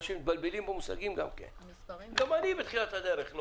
אנשים מתבלבלים במושגים וגם אני בתחילת הדרך.